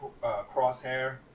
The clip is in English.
crosshair